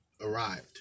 arrived